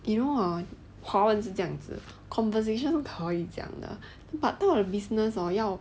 you know hor 华文是这样子 conversation 是可以讲的 but 不懂 business hor 要